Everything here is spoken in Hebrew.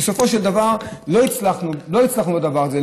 בסופו של דבר לא הצלחנו בדבר הזה,